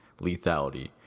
lethality